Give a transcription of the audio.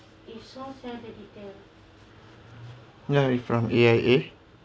ya from A_I_A